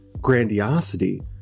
grandiosity